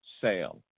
sale